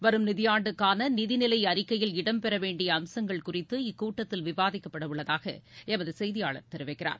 வரும் நிதியாண்டுக்கான நிதிநிலை அறிக்கையில் இடம் பெற வேண்டிய அம்சங்கள் குறித்து இக்கூட்டத்தில் விவாதிக்கப்பட உள்ளதாக எமது செய்தியாளர் தெரிவிக்கிறார்